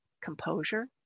composure